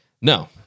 No